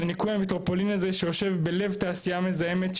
לניקוי המטרופולין הזה שיושב בלב תעשייה מזהמת,